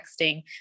texting